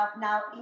now